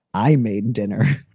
i made dinner,